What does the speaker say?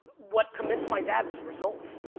what convinced my dad was results.